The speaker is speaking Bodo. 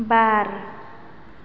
बार